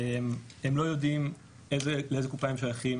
הם לא יודעים לאיזו קופה הם שייכים,